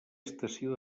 estació